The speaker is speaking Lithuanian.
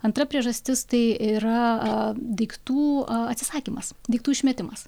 antra priežastis tai yra a daiktų atsisakymas daiktų išmetimas